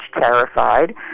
terrified